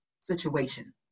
situation